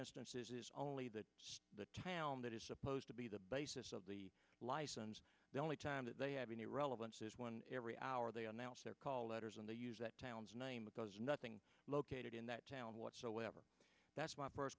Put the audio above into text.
instances is only that the town that is supposed to be the basis of the license the only time that they have any relevance is one every hour they announce their call letters and they use that town's name because nothing located in that town whatsoever that's my first